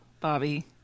Bobby